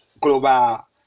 global